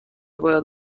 باید